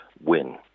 win